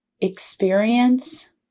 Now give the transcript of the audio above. experience